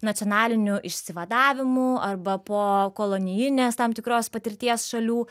nacionaliniu išsivadavimu arba po kolonijinės tam tikros patirties šalių